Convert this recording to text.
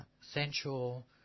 sensual